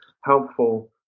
helpful